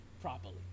properly